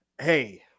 Hey